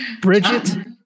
Bridget